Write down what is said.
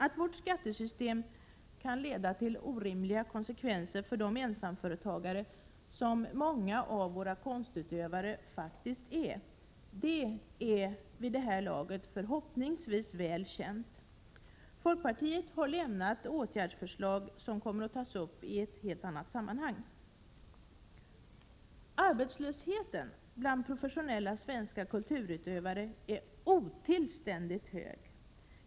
Att vårt skattesystem kan leda till orimliga konsekvenser för de ensamföretagare som många av våra konstutövare faktiskt är, är vid det här laget förhoppningsvis väl känt. Folkpartiet har framlagt åtgärdsförslag som tas upp i ett annat sammanhang. Arbetslösheten bland professionella svenska kulturutövare är otillständigt hög.